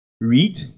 read